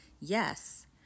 Yes